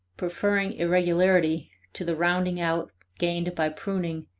preferring irregularity to the rounding out gained by pruning